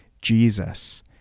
Jesus